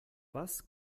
was